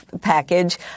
package